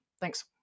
Thanks